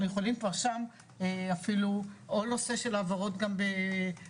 יכולים כבר שם אפילו או על נושא של העברות גם בהליקופטרים,